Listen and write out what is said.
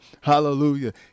Hallelujah